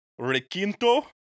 requinto